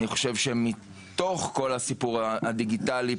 אני חושב שמתוך כל הסיפור הדיגיטלי,